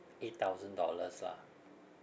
eight thousand dollars lah